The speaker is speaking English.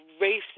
racist